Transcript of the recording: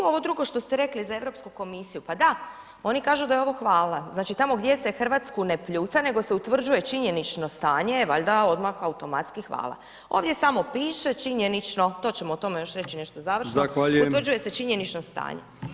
Ovo drugo što ste rekli za Europsku komisiju, pa da oni kažu da je ovo hvala, znači tamo gdje se RH ne pljuca, nego se utvrđuje činjenično stanje valjda odmah automatski hvala, ovdje samo piše činjenično, to ćemo o tome još reći nešto završno [[Upadica: Zahvaljujem]] utvrđuje se činjenično stanje.